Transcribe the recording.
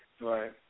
Right